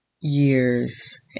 years